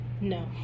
No